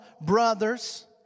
brothers